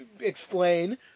explain